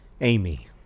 Amy